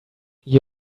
you